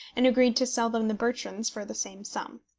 and agreed to sell them the bertrams for the same sum.